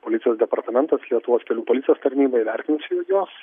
policijos departamentas lietuvos kelių policijos tarnyba įvertins